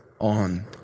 on